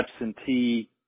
absentee